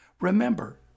Remember